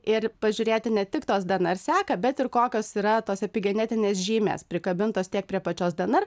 ir pažiūrėti ne tik tos dnr seką bet ir kokios yra tos epigenetinės žymės prikabintos tiek prie pačios dnr